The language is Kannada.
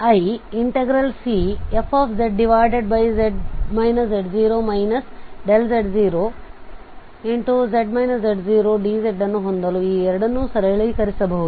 12πiCfzdzಅನ್ನು ಹೊಂದಲು ಈ ಎರಡನ್ನೂ ಸರಳೀಕರಿಸಬಹುದು